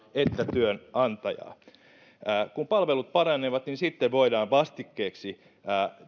että työnantajaa kun palvelut paranevat sitten voidaan vastikkeeksi